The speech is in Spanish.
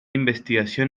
investigación